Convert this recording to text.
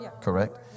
correct